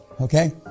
Okay